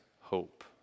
hope